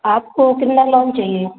आपको कितना लोन चाहिए